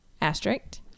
Asterisk